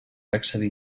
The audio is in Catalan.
accedir